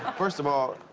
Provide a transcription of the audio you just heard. first of all,